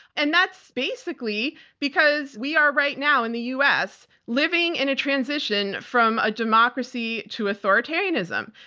and that's basically because we are right now, in the u. s, living in a transition from a democracy to authoritarianism,